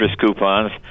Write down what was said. coupons